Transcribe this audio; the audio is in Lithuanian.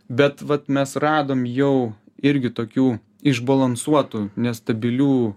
bet vat mes radom jau irgi tokių išbalansuotų nestabilių